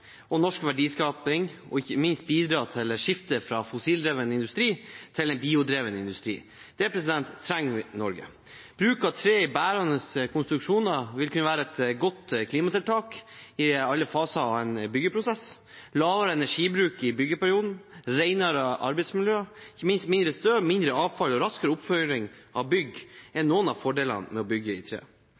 og norsk verdiskaping, og ikke minst vil det bidra til et skifte fra en fossildrevet industri til en biodrevet industri. Det trenger Norge. Bruk av tre i bærende konstruksjoner vil kunne være et godt klimatiltak i alle faser av en byggeprosess. Lavere energibruk i byggeperioden, renere arbeidsmiljø, og ikke minst mindre støv, mindre avfall og raskere oppføring av bygg er noen av fordelene ved å bygge i tre.